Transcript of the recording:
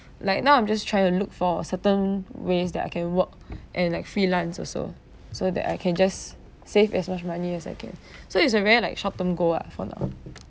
like now I'm just trying to look for certain ways that I can work and like freelance also so that I can just save as much money as I can so it's a very like short term goal lah for now